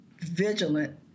vigilant